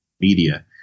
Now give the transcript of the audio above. media